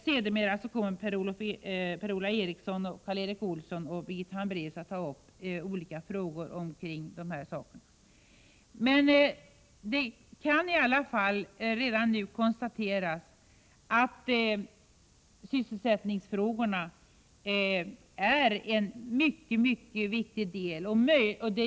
Sedermera kommer Per-Ola Eriksson, Karl Erik Olsson och Birgitta Hambraeus att ta upp detta. Det kan redan nu konstateras att sysselsättningsfrågorna är mycket viktiga.